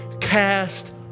cast